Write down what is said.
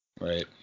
Right